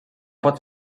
pot